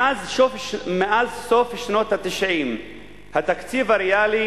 מאז סוף שנות ה-90 התקציב הריאלי